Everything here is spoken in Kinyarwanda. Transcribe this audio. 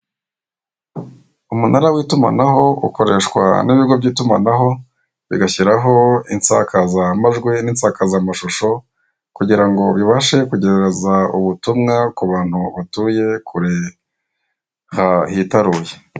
Umunara w'itumanaho ukoreshwa n'ibigo by'itumanaho, bigashyiraho insakazamajwi n'insakazamashusho kugira ngo bibashe kugeza ubutumwa ku bantu batuye kure hitaruye.